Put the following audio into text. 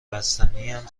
بستنیم